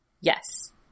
Yes